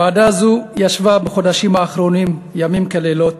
ועדה זו ישבה בחודשים האחרונים ועשתה לילות